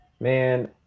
man